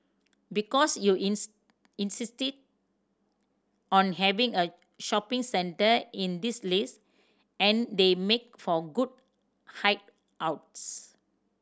because you insisted on having a shopping centre in this list and they make for good hide outs